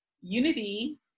unity